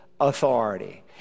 authority